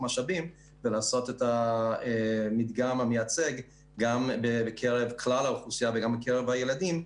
במשאבים ולעשות את המדגם המייצג גם בקרב כלל האוכלוסייה וגם בקרב הילדים.